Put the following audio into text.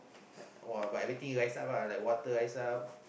uh but everything rise up lah like water rise up